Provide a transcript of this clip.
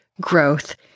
growth